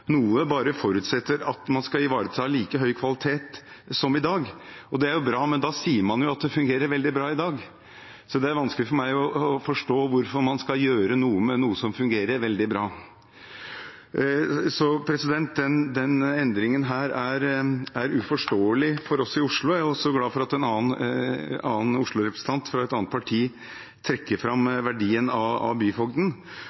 noe, bare forutsetter at man skal ivareta like høy kvalitet som i dag. Det er bra, men da sier man jo at det fungerer veldig bra i dag. Det er vanskelig for meg å forstå hvorfor man skal gjøre noe med noe som fungerer veldig bra. Denne endringen er uforståelig for oss i Oslo. Jeg er glad for at også en annen Oslo-representant, fra et annet parti, trekker